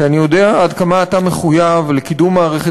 כי אני יודע עד כמה אתה מחויב לקידום מערכת